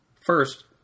First